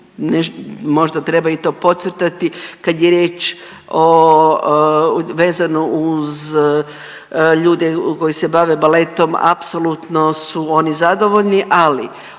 možda treba i to podcrtati, kad je riječ o, vezano uz ljude koji se bave baletom, apsolutno su oni zadovoljni, ali